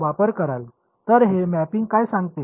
तर हे मॅपिंग काय सांगते